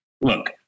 look